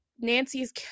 nancy's